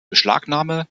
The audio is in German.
beschlagnahme